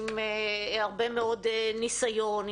עם הרבה מאוד ניסיון,